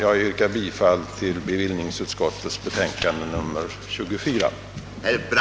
Jag yrkar bifall till bevillningsutskottets betänkande nr 24.